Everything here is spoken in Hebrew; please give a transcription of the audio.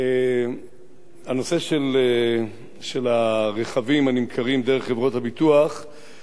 הנושא של הרכבים הנמכרים דרך חברות הביטוח,